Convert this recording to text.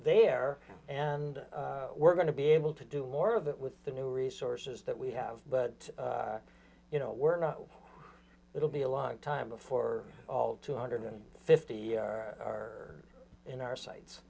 there and we're going to be able to do more of that with the new resources that we have but you know we're not it'll be a long time before all two hundred and fifty are in our si